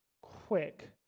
quick